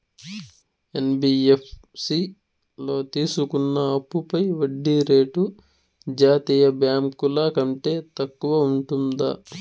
NBFC లో తీసుకున్న అప్పుపై వడ్డీ రేటు జాతీయ బ్యాంకు ల కంటే తక్కువ ఉంటుందా?